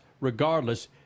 regardless